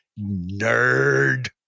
Nerd